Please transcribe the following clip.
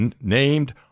named